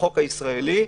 מהחוק הישראלי,